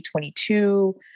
2022